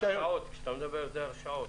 כשאתה מדבר על היעדר הרשעות,